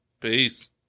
Peace